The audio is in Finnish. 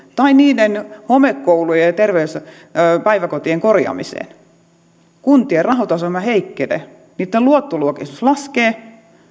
tai homekoulujen ja päiväkotien korjaamista ja tämän rahoittamiseksi kuntien rahoitusasema heikkenee niitten luottoluokitus laskee